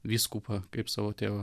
vyskupą kaip savo tėvą